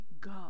go